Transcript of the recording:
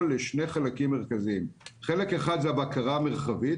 לשני חלקים מרכזיים: חלק אחד זה הבקרה המרחבית,